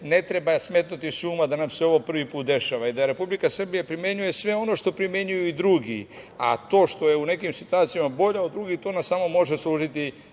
ne treba smetnuti s uma da nam se ovo prvi put dešava. Republika Srbija primenjuje sve ono što primenjuju i drugi, a to što je u nekim situacijama bolja od drugih, to nam samo može služiti